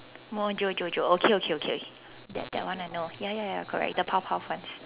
Mojojojo okay okay okay that that one I know ya ya ya correct the Powerpuff one